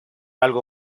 algo